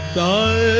da